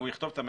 והוא יכתוב שהוא